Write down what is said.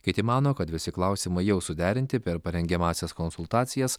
kiti mano kad visi klausimai jau suderinti per parengiamąsias konsultacijas